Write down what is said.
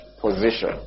position